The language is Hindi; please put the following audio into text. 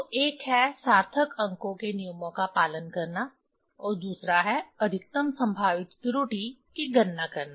तो एक है सार्थक अंकों के नियमों का पालन करना और दूसरा है अधिकतम संभावित त्रुटि की गणना करना